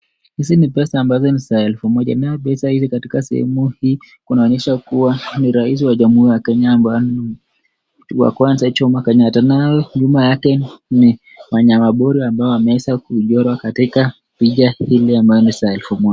Hizi ni pesa ambazo ni za elfu moja. Pesa hizi huku zinaonyesha kuwa rais wa Jamhuri ya Kenya ambaye ni wa kwanza, Jomo Kenyatta na pia wanyamapori ambao wamechorwa kwa boti ile ya elfu moja.